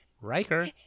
riker